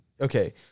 okay